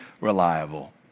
reliable